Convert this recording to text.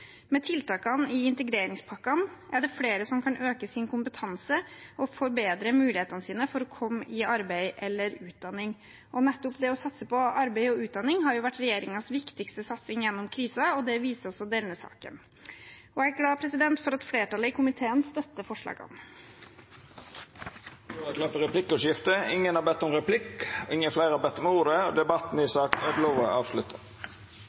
Med tiltakene i integreringspakkene er det flere som kan øke sin kompetanse og forbedre mulighetene sine for å komme i arbeid eller utdanning. Nettopp arbeid og utdanning har vært regjeringens viktigste satsing gjennom krisen, og det viser også denne saken. Jeg er glad for at flertallet i komiteen støtter forslagene. Fleire har ikkje bedt om ordet til sak nr. 11. Etter ynske frå kommunal- og forvaltningskomiteen vil presidenten ordna debatten slik: 3 minutt til kvar partigruppe og